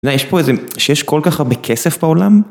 אתה יודע יש פה איזה, שיש כל כך הרבה כסף בעולם.